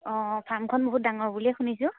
অঁ ফাৰ্মখন বহুত ডাঙৰ বুলিয়ে শুনিছোঁ